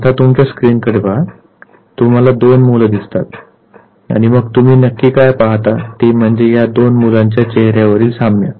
आता तुमच्या स्क्रीनकडे पाहा तुम्हाला दोन मुलं दिसतात आणि मग तुम्ही नक्की काय पाहता ते म्हणजे या दोन मुलांच्या चेहर्यावरील साम्य